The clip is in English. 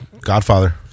Godfather